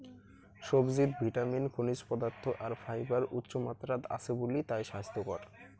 সবজিত ভিটামিন, খনিজ পদার্থ আর ফাইবার উচ্চমাত্রাত আছে বুলি তায় স্বাইস্থ্যকর